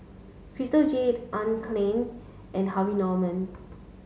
Crystal Jade Anne Klein and Harvey Norman